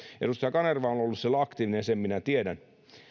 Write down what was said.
edustaja kanerva on on ollut siellä aktiivinen sen minä tiedän